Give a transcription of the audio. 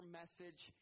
message